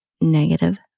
negative